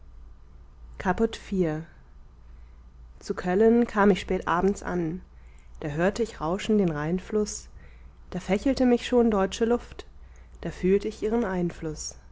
caput iv zu köllen kam ich spätabends an da hörte ich rauschen den rheinfluß da fächelte mich schon deutsche luft da fühlt ich ihren einfluß